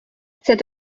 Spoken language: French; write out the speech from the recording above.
cet